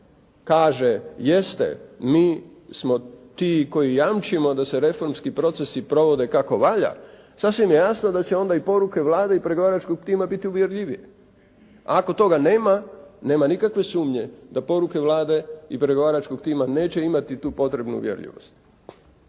kaže jeste, mi smo ti koji jamčimo da se reformski procesi provode kako valja, sasvim je jasno da će onda i poruke Vlade i pregovaračkog tima biti uvjerljivije, a ako toga nema, nema nikakve sumnje da poruke Vlade i pregovaračkog tima neće imati tu potrebnu uvjerljivost.